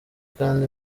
kandi